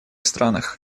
странах